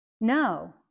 No